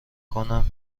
کنم